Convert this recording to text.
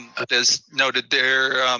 it is noted there,